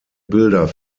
bilder